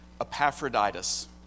Epaphroditus